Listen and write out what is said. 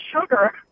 sugar